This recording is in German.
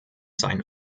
sein